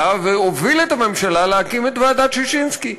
והוביל את הממשלה להקים את ועדת ששינסקי.